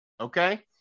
Okay